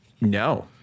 no